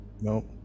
Nope